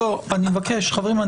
אני מבקש חברים,